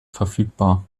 verfügbar